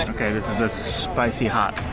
okay, this is the spicy hot.